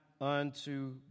unto